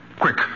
Quick